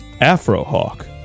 Afrohawk